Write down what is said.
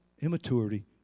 immaturity